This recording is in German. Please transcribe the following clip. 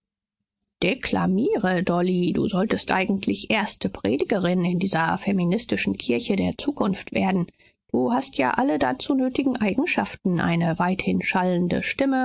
deklamiere dolly du solltest eigentlich erste predigerin in dieser feministischen kirche der zukunft werden du hast ja alle dazu nötigen eigenschaften eine weithinschallende stimme